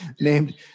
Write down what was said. named